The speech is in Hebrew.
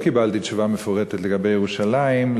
לא קיבלתי תשובה מפורטת לגבי ירושלים,